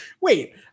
wait